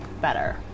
better